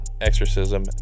exorcism